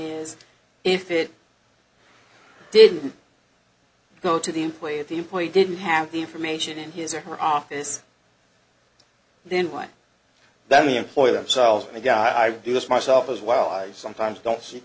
is if it didn't go to the employee if the employee didn't have the information in his or her office then one that the employer themselves and i do this myself as well i sometimes don't see